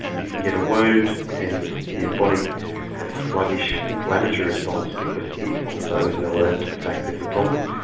you can get a wound and your body has a sluggish inflammatory response because it also isn't alerted to the fact there is a problem,